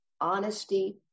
honesty